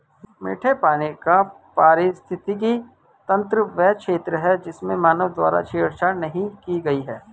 मीठे पानी का पारिस्थितिकी तंत्र वह क्षेत्र है जिसमें मानव द्वारा छेड़छाड़ नहीं की गई है